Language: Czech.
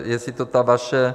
Jestli to ta vaše...